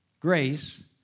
Grace